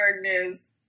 news